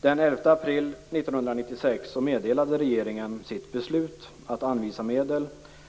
Den 11 april 1996 meddelade regeringen sitt beslut att anvisa medel,